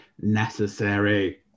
necessary